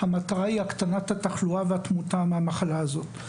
כשהמטרה היא הקטנת התחלואה והתמותה מהמחלה הזאת.